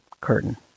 curtain